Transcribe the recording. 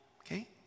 Okay